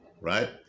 Right